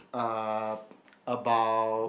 uh about